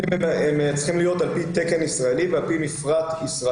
המבנים צריכים להיות על פי תקן ישראלי ועל פי מפרט ישראלי.